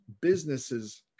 businesses